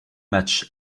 matchs